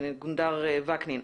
גונדר וקנין,